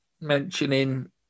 mentioning